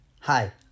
Hi